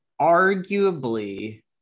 arguably